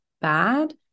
bad